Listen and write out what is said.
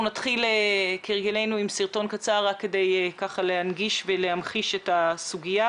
אנחנו נתחיל כהרגלנו עם סרטון קצר רק כדי להנגיש ולהמחיש את הסוגיה,